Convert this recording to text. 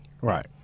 Right